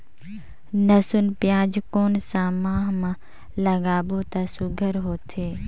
लसुन पियाज कोन सा माह म लागाबो त सुघ्घर होथे?